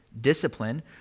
discipline